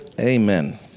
Amen